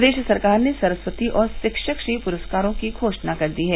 प्रदेष सरकार ने सरस्वती और षिक्षक श्री पुरस्कारों की घोशणा कर दी है